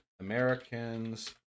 Americans